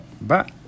Bye